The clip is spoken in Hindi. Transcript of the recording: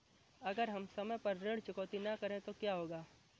अगर हम समय पर ऋण चुकौती न करें तो क्या होगा?